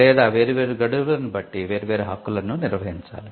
లేదా వేర్వేరు గడువులను బట్టి వేర్వేరు హక్కులను నిర్వహించాలి